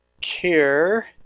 care